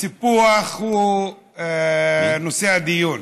הסיפוח הוא נושא הדיון.